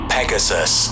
Pegasus